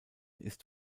ist